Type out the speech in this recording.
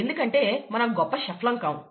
ఎందుకంటే మనం గొప్ప చెఫ్లము కాము